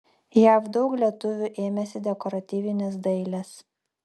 jav daug lietuvių ėmėsi dekoratyvinės dailės